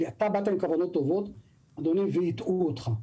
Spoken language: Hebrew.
כי אתה באת עם כוונות טובות והטעו אותך.